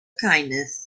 kindness